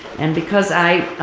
and because i